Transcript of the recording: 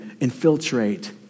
infiltrate